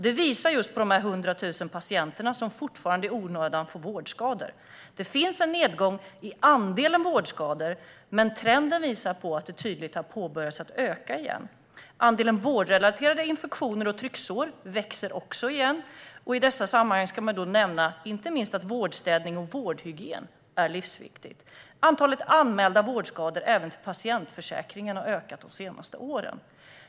Den pekar på de 100 000 patienter som fortfarande får vårdskador i onödan. Det finns en nedgång i andelen vårdskador, men trenden visar tydligt att de har börjat öka igen. Andelen vårdrelaterade infektioner och trycksår växer också igen, och i dessa sammanhang ska man nämna att inte minst vårdstädning och vårdhygien är livsviktigt. Även antalet anmälda vårdskador till patientförsäkringen har ökat de senaste åren.